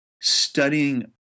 studying